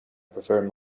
preferred